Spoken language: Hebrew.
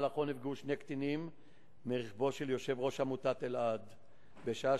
שבמהלכו נפגעו שני קטינים מרכבו של יושב-ראש עמותת אלע"ד בשעה